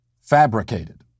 fabricated